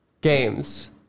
games